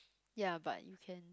ya but you can